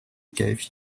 gave